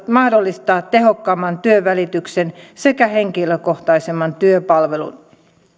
mahdollistaa tehokkaamman työnvälityksen sekä henkilökohtaisemman työpalvelun